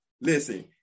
Listen